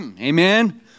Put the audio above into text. Amen